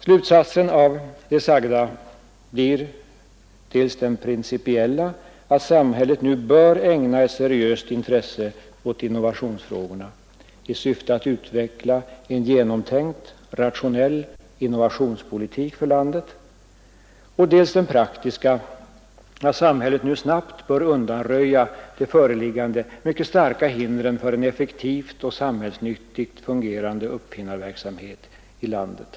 Slutsatsen av det sagda blir dels den principiella att samhället nu bör ägna ett seriöst intresse åt innovationsfrågorna i syfte att utveckla en genomtänkt, rationell innovationspolitik för landet, dels den praktiska att samhället nu snabbt bör undanröja de föreliggande mycket starka hindren för en effektivt och samhällsnyttigt fungerande uppfinnarverksamhet i landet.